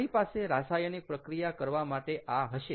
મારી પાસે રાસાયણિક પ્રક્રિયા કરવા માટે આ હશે